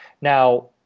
Now